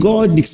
God